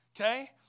okay